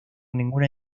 ninguna